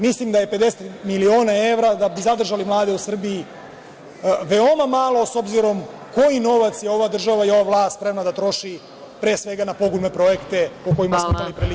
Mislim da je 50 miliona evra da bi zadržali mlade u Srbiji veoma malo, s obzirom koji novac je ova država i ova vlast spremna da troši, pre svega, na pogubne projekte o kojima smo imali prilike da slušamo.